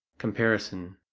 comparison,